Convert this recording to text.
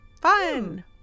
Fun